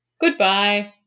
Goodbye